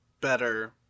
better